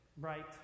right